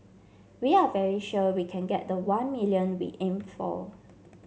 we are very sure we can get the one million we aimed for